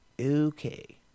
Okay